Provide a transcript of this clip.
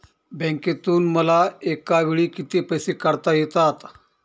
बँकेतून मला एकावेळी किती पैसे काढता येतात?